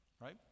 right